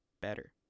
better